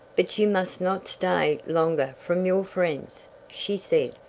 but you must not stay longer from your friends, she said.